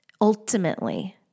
ultimately